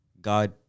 God